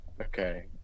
Okay